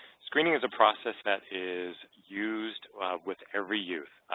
screening is a process that is used with every youth,